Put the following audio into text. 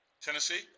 Tennessee